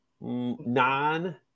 non